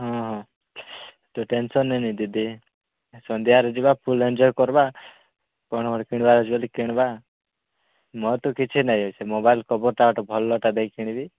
ହଁ ହଁ ତୁ ଟେନସନ୍ ନେନି ଦିଦି ସନ୍ଧ୍ୟାରେ ଯିବା ଫୁଲ୍ ଏନଜୟ୍ କରିବା କ'ଣ ଗୋଟେ କିଣିବାର ଅଛି ବୋଲି କିଣିବା ମୋର ତ କିଛି ନାଇଁ ସେ ମୋବାଇଲ୍ କଭର୍ଟା ଗୋଟେ ଭଲଟା ଦେଖିକି କିଣିବି